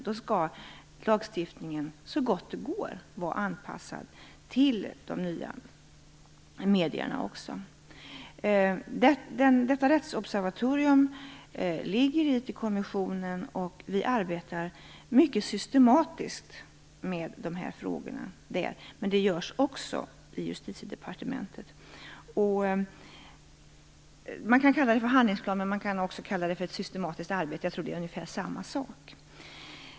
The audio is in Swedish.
Då skall lagstiftningen så gott det går vara anpassad till de nya medierna. Detta rättsobservatorium ligger i IT-kommissionen. Vi arbetar mycket systematiskt med de här frågorna där, men även i Justitiedepartementet. Man kan kalla det för en handlingsplan men också för ett systematiskt arbete - jag tror det är ungefär samma sak.